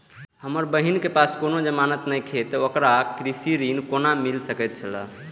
हमर बहिन के पास कोनो जमानत नेखे ते ओकरा कृषि ऋण कोना मिल सकेत छला?